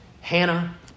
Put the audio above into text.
Hannah